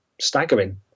staggering